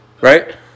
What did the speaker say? Right